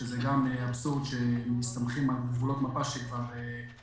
שזה גם אבסורד שמסתמכים על גבולות מפה שהמרכז